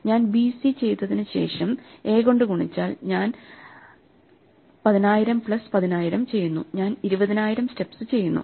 ഞാൻ ബിസി ചെയ്തതിനുശേഷം എ കൊണ്ട് ഗുണിച്ചാൽ ഞാൻ 10000 പ്ലസ് 10000 ചെയ്യുന്നു ഞാൻ 20000 സ്റ്റെപ്സ് ചെയ്യുന്നു